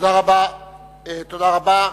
תודה רבה.